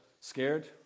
scared